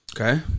Okay